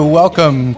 welcome